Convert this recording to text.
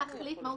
להחליט מה הוא